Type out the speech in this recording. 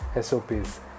SOPs